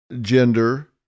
gender